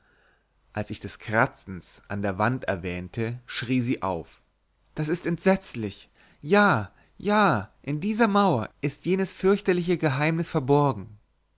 als ich des kratzens an der wand erwähnte schrie sie auf das ist entsetzlich ja ja in dieser mauer ist jenes fürchterliche geheimnis verborgen